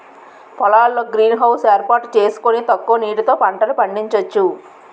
పొలాల్లో greenhouse ఏర్పాటు సేసుకొని తక్కువ నీటితో పంటలు పండించొచ్చు